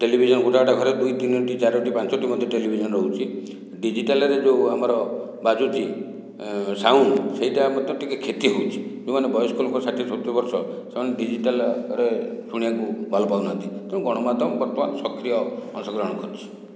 television ଗୋଟିଏ ଗୋଟିଏ ଘରେ ଦୁଇ ତିନୋଟି ଚାରୋଟି ପାଞ୍ଚୋଟି ମଧ୍ୟ ଟେଲିଭିଜନ ରହୁଛି ଡିଜିଟାଲରେ ଯେଉଁ ଆମର ବାଜୁଛି ସାଉଣ୍ଡ ସେଟା ମଧ୍ୟ ଟିକେ କ୍ଷତି ହେଉଛି ଯେଉଁମାନେ ବୟସ୍କ ଲୋକ ଷାଠିଏ ସତୁରି ବର୍ଷ ସେମାନେ ଡିଜିଟାଲରେ ଶୁଣିବାକୁ ଭଲ ପାଉ ନାହାନ୍ତି ତେଣୁ ଗଣମାଧ୍ୟମ ବର୍ତ୍ତମାନ ସକ୍ରିୟ ଅଂଶ ଗ୍ରହଣ କରିଛି